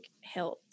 health